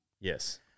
Yes